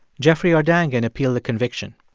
jeffrey urdangen appealed the conviction.